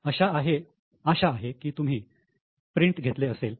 आशा आहे की तुम्ही प्रिंट घेतल असेल